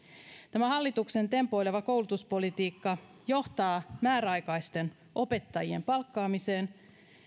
tämä hallituksen tempoileva koulutuspolitiikka johtaa määräaikaisten opettajien palkkaamiseen